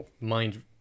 Mind